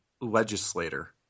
legislator